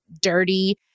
dirty